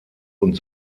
und